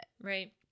Right